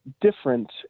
different